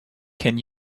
can